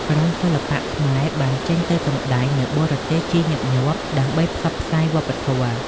ក្រុមសិល្បៈខ្មែរបានចេញទៅសម្តែងនៅបរទេសជាញឹកញាប់ដើម្បីផ្សព្វផ្សាយវប្បធម៌។